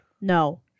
No